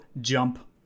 jump